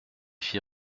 fit